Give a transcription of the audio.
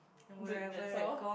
that that's all